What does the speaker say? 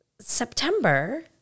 September